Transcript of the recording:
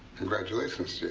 congratulations,